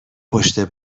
پشت